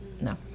No